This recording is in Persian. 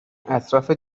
اطراف